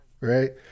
Right